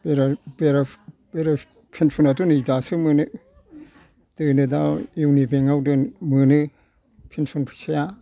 बोराय पेन्सनाट' नै दासो मोनो जोंना दा इउनिअन बेंक आव दोनो मोनो पेन्सन फैसाया